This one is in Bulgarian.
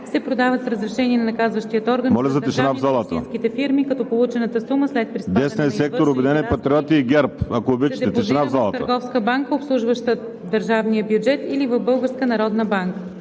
се продават с разрешение на наказващия орган чрез държавните и общинските фирми, като получената сума, след приспадане на извършените разходи, се депозира в търговска банка, обслужваща държавния бюджет, или в Българската народна банка.“